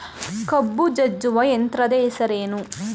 ಕಬ್ಬು ಜಜ್ಜುವ ಯಂತ್ರದ ಹೆಸರೇನು?